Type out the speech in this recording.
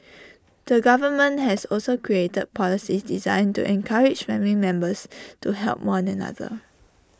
the government has also created policies designed to encourage family members to help one another